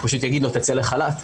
הוא פשוט יגיד לו: תצא לחל"ת.